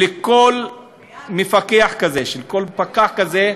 שלכל מפקח כזה, שלכל פקח כזה,